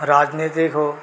राजनीतिक हो